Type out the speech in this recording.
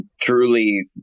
truly